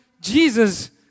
Jesus